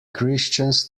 christians